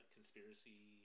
Conspiracy